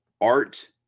art